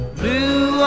blue